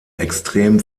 extrem